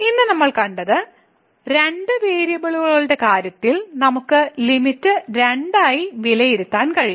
ഇന്ന് നമ്മൾ കണ്ടത് രണ്ട് വേരിയബിളുകളുടെ കാര്യത്തിൽ നമുക്ക് ലിമിറ്റ് രണ്ടായി വിലയിരുത്താൻ കഴിയും